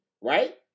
Right